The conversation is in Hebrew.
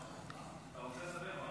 אתה רוצה לדבר?